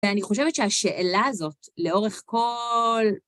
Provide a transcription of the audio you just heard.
ואני חושבת שהשאלה הזאת לאורך כל...